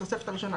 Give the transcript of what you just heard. התוספת הראשונה,